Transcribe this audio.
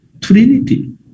trinity